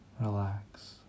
relax